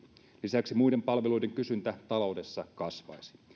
lisäksi muiden palveluiden kysyntä taloudessa kasvaisi